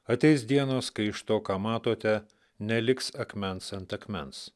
ateis dienos kai iš to ką matote neliks akmens ant akmens